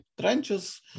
trenches